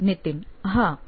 નીતિન હા અને